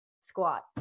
squat